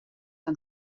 aan